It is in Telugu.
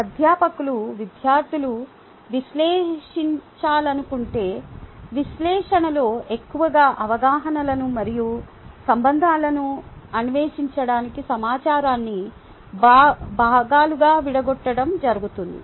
అధ్యాపకులు విద్యార్థులు విశ్లేషించాలనుకుంటే విశ్లేషణలో ఎక్కువగా అవగాహనలను మరియు సంబంధాలను అన్వేషించడానికి సమాచారాన్ని భాగాలుగా విడగొట్టడం జరుగుతుంది